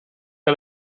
que